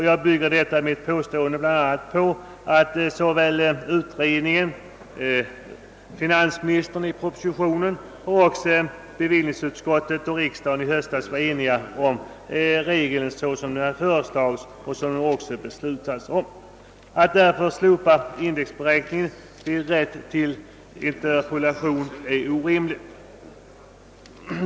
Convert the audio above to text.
Jag bygger detta mitt påstående bl.a. på att utredningen, finanministern i sin proposition och även bevillningsutskottet och riksdagen i höstas var eniga om den föreslagna och beslutade utformningen av regeln. Att slopa indexberäkningen vid rätt till interpolation är därför orimligt.